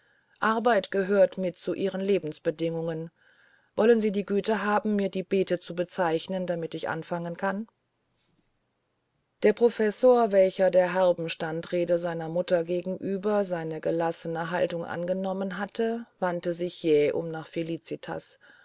arbeit gehört mit zu ihren lebensbedingungen wollen sie die güte haben mir die beete zu bezeichnen damit ich anfangen kann der professor welcher der herben standrede seiner mutter gegenüber seine gelassene haltung angenommen hatte wandte sich jäh um nach felicitas